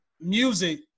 music